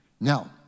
Now